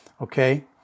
okay